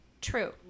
True